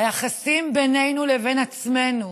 היחסים בינינו לבין עצמנו,